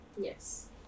Yes